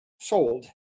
sold